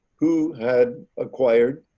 who had acquired